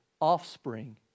offspring